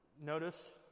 notice